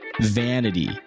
vanity